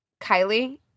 Kylie